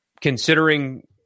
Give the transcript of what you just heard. Considering